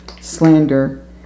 slander